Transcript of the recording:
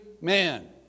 man